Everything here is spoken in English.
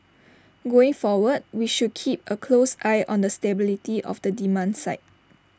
going forward we should keep A close eye on the stability of the demand side